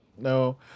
No